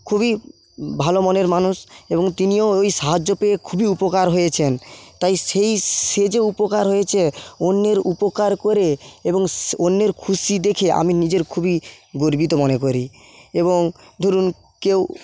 খুবই ভালো মনের মানুষ এবং তিনিও ওই সাহায্য পেয়ে খুবই উপকার হয়েছেন তাই সেই সে যে উপকার হয়েছে অন্যের উপকার করে এবং অন্যের খুশি দেখে আমি নিজের খুবই গর্বিত মনে করি এবং ধরুন কেউ